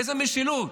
איזו משילות?